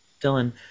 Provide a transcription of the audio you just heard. Dylan